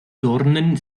dornen